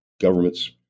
government's